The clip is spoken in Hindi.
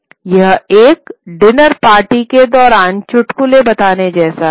यह एक डिनर पार्टी के दौरान चुटकुले बताने जैसा है